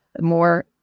more